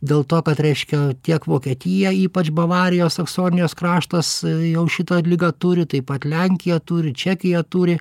dėl to kad reiškia tiek vokietija ypač bavarijos saksonijos kraštas jau šitą ligą turi taip pat lenkija turi čekija turi